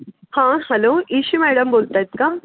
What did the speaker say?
हां हॅलो इशि मॅडम बोलत आहेत का